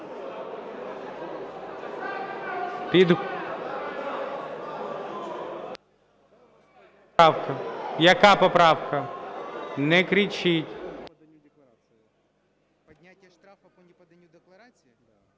Яка поправка? Не кричіть.